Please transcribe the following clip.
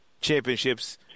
championships